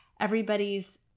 everybody's